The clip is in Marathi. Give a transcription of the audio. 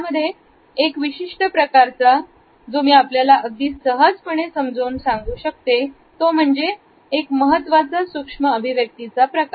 यामध्ये एक विशिष्ट प्रकार जो मी आपल्याला अगदी सहज पणे समजावून सांगू शकतो तो म्हणजे एक महत्त्वाचा सूक्ष्म अभिव्यक्तीचा प्रकार